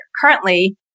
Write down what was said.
currently